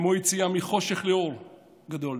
כמו יציאה מחושך לאור גדול.